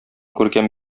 күркәм